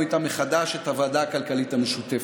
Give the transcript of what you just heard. איתם מחדש את הוועדה הכלכלית המשותפת.